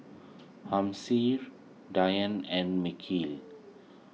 Dian and